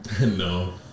No